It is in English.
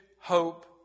hope